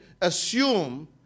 assume